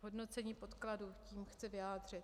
Hodnocení podkladů, tím chci vyjádřit.